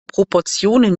proportionen